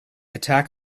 attack